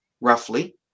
roughly